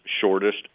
shortest